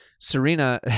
serena